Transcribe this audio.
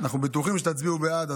אנחנו בטוחים שתצביעו בעד,